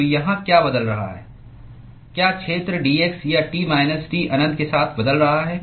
तो यहाँ क्या बदल रहा है क्या क्षेत्र dx या T माइनस T अनंत के साथ बदल रहा है